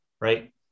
right